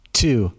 two